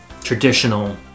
traditional